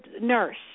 nurse